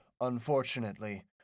unfortunately